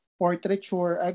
portraiture